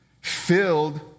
filled